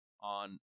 on